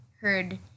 heard